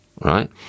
right